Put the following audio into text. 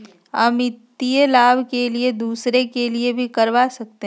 आ वित्तीय लाभ के लिए दूसरे के लिए भी करवा सकते हैं?